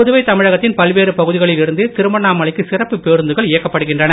புதுவை தமிழகத்தின் பல்வேறு பகுதிகளில் இருந்து திருவண்ணாமலைக்கு சிறப்பு பேருந்துகள் இயக்கப்படுகின்றன